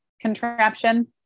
contraption